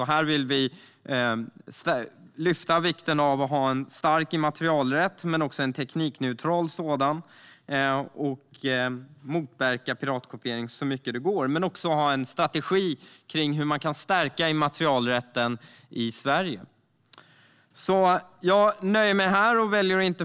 Här betonar vi vikten av att ha en stark immaterialrätt men också en teknikneutral sådan och motverka piratkopiering så mycket som det går. Vi vill också ha en strategi för hur man kan stärka immaterialrätten i Sverige.